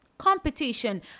Competition